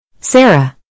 Sarah